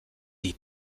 die